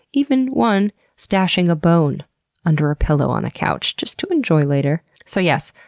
even one stashing a bone under a pillow on the couch, just to enjoy later. so yes,